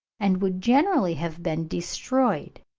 and would generally have been destroyed